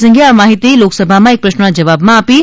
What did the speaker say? સિંઘે આ માહિતી લોકસભામાં એક પ્રશ્નના જવાબમાં આપી હતી